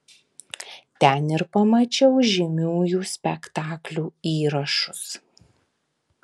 ten ir pamačiau žymiųjų spektaklių įrašus